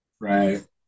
Right